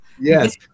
Yes